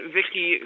Vicky